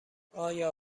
آیا